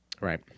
Right